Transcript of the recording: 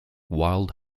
wild